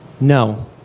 No